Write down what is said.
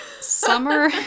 Summer